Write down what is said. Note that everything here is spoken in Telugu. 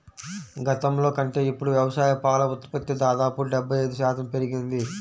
గతంలో కంటే ఇప్పుడు వ్యవసాయ పాల ఉత్పత్తి దాదాపు డెబ్బై ఐదు శాతం పెరిగింది